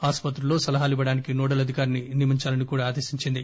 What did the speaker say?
hospitals లలో సలహాలివ్వడానికి nodal అధికారిని నియమించాలని కూడా ఆదేశించింది